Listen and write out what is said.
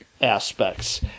aspects